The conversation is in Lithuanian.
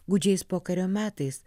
gūdžiais pokario metais